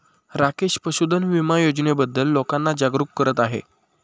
राकेश पशुधन विमा योजनेबद्दल लोकांना जागरूक करत आहे